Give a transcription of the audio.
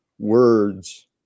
Words